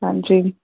ਹਾਂਜੀ